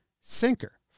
sinker